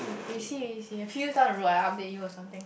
we see we see a few years down the road I update you or something